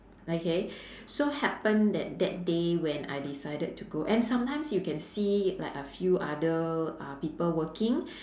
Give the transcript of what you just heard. okay so happen that that day when I decided to go and sometimes you can see like a few other uh people working